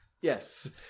Yes